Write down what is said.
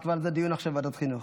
נקבע על זה דיון עכשיו בוועדת החינוך,